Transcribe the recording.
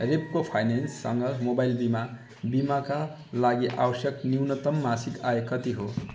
रेप्को फाइनेन्ससँग मोबाइल बिमा बिमाका लागि आवश्यक न्यूनतम मासिक आय कति हो